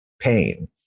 pain